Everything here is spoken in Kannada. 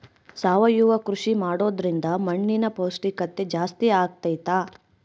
ಸಾವಯವ ಕೃಷಿ ಮಾಡೋದ್ರಿಂದ ಮಣ್ಣಿನ ಪೌಷ್ಠಿಕತೆ ಜಾಸ್ತಿ ಆಗ್ತೈತಾ?